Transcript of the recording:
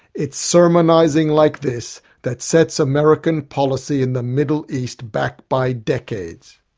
it's sermonising like this that sets american policy in the middle east back by decades.